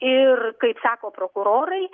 ir kaip sako prokurorai